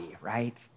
right